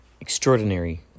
extraordinary